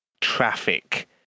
traffic